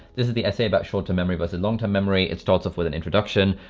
this is the essay about short-term memory bus a long-term memory, it starts off with an introduction.